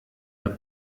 der